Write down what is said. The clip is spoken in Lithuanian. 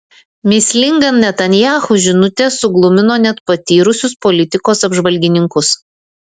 mįslinga netanyahu žinutė suglumino net patyrusius politikos apžvalgininkus